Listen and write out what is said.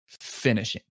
finishing